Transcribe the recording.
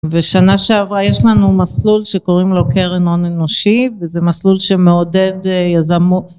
ושנה שעברה יש לנו מסלול שקוראים לו קרן הון אנושי וזה מסלול שמעודד יזמות